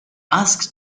asks